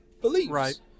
beliefs